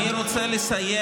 אני רוצה לסיים.